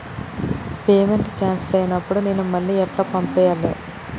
Payment cancel అయినపుడు నేను మళ్ళా ఎట్ల పంపాలే?